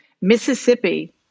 Mississippi